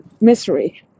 Misery